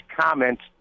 comments